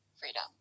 freedom